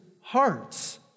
hearts